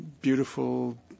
beautiful